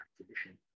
exhibition